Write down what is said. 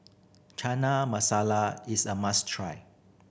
Chana Masala is a must try